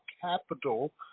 capital